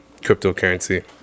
cryptocurrency